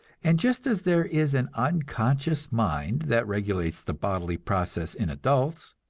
and just as there is an unconscious mind that regulates the bodily processes in adults,